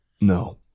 No